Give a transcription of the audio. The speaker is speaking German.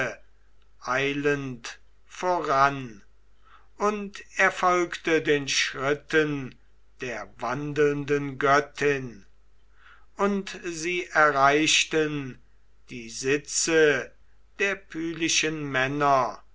voran und er folgte den schritten der wandelnden göttin und sie erreichten die sitze der pylischen männer